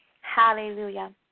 hallelujah